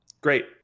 great